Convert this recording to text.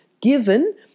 given